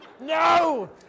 No